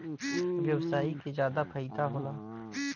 व्यवसायी के जादा फईदा होला